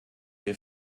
wir